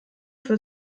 für